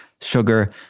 sugar